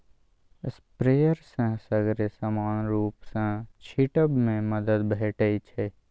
sprayer सँ सगरे समान रुप सँ छीटब मे मदद भेटै छै